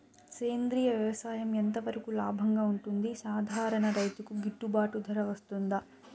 సేంద్రియ వ్యవసాయం ఎంత వరకు లాభంగా ఉంటుంది, సాధారణ రైతుకు గిట్టుబాటు ధర వస్తుందా?